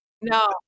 No